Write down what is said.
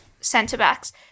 centre-backs